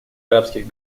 арабских